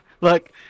look